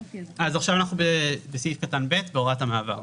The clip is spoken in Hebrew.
אנחנו עכשיו בסעיף קטן (ב) בהוראת המעבר.